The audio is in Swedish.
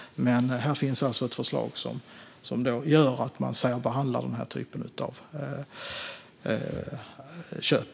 Här finns alltså i alla fall ett förslag som gör att man särbehandlar denna typ av köp.